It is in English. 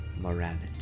morality